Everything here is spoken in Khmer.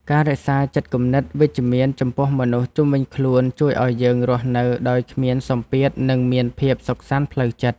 ការរក្សាចិត្តគំនិតវិជ្ជមានចំពោះមនុស្សជុំវិញខ្លួនជួយឱ្យយើងរស់នៅដោយគ្មានសម្ពាធនិងមានភាពសុខសាន្តផ្លូវចិត្ត។